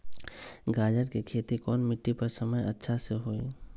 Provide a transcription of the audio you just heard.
गाजर के खेती कौन मिट्टी पर समय अच्छा से होई?